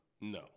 No